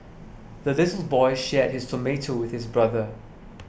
the little boy shared his tomato with his brother